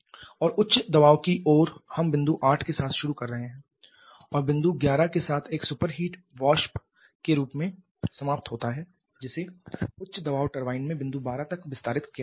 और उच्च दबाव की ओर हम बिंदु 8 के साथ शुरू कर रहे हैं और बिंदु 11 के साथ एक सुपरहीट वाष्प के रूप में समाप्त होता है जिसे उच्च दबाव टर्बाइन में बिंदु 12 तक विस्तारित किया जाता है